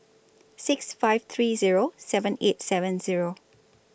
six five three Zero seven eight seven Zero